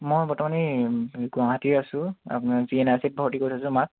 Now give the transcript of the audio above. মই বৰ্তমানে এই গুৱাহাটীত আছোঁ আপোনাৰ জি এন আৰ চিত ভৰ্তি কৰি থৈছো মাক